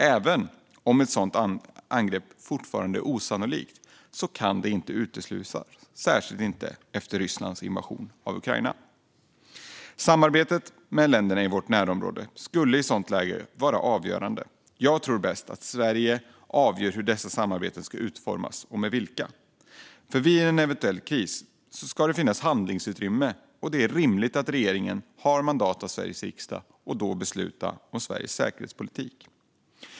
Även om ett sådant angrepp fortfarande är osannolikt kan det inte uteslutas, särskilt inte efter Rysslands invasion av Ukraina. Samarbetet med länderna i vårt närområde skulle i ett sådant läge vara avgörande. Jag tror att Sverige bäst avgör hur dessa samarbeten ska utformas och med vilka. Vid en eventuell kris ska det finnas handlingsutrymme. Det är rimligt att regeringen har mandat av Sveriges riksdag att då besluta om Sveriges säkerhetspolitik.